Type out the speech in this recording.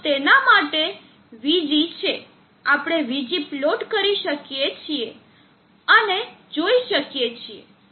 તેના માટે node VG છે આપણે VG પ્લોટ કરી શકીએ છીએ અને જોઈ શકીએ છીએ